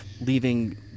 leaving